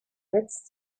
setzt